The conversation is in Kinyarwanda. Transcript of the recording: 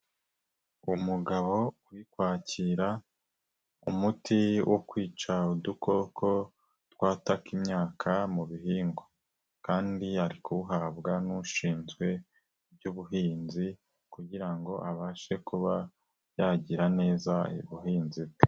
Umugabo uri kwakira umuti wo kwica udukoko twataka imyaka mu bihingwa kandi yari kuwuhabwa n'ushinzwe iby'ubuhinzi kugira ngo abashe kuba yagira neza ubuhinzi bwe.